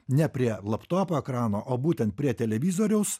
ne prie laptopo ekrano o būtent prie televizoriaus